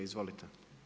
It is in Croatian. Izvolite.